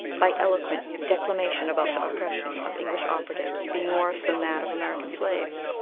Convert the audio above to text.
by eloquent declamation about the oppression of english operatives being worse than that of american slaves,